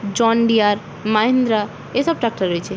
জন Deere Mahindra এসব tractor রয়েছে